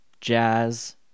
jazz